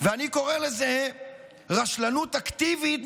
אני קורא לזה רשלנות אקטיבית,